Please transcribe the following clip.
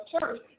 church